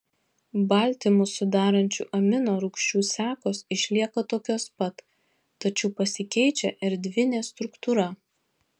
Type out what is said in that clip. baltymus sudarančių amino rūgčių sekos išlieka tokios pat tačiau pasikeičia erdvinė struktūra